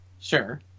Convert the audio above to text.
Sure